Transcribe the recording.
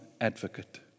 advocate